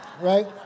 right